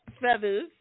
feathers